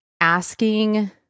asking